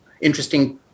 interesting